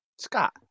Scott